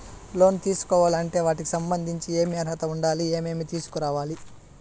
లోను తీసుకోవాలి అంటే వాటికి సంబంధించి ఏమి అర్హత ఉండాలి, ఏమేమి తీసుకురావాలి